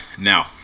Now